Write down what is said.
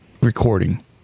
recording